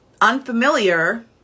unfamiliar